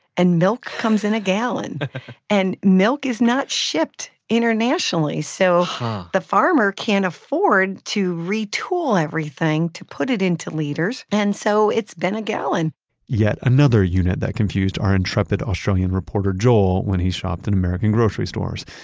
and milk comes in a gallon and milk is not shipped internationally. so the farmer can't afford to retool everything to put it into liters. and so it's been a gallon yet another unit that confused our intrepid australian reporter joel, when he shopped in american grocery stores.